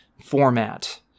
format